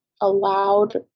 allowed